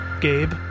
Gabe